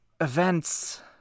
events